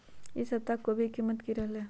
ई सप्ताह कोवी के कीमत की रहलै?